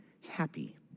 happy